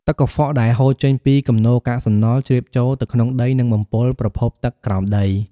ទឹកកខ្វក់ដែលហូរចេញពីគំនរកាកសំណល់ ជ្រាបចូលទៅក្នុងដី និងបំពុលប្រភពទឹកក្រោមដី។